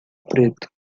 preto